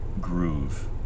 groove